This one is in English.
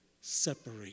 separate